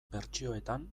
bertsioetan